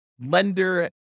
lender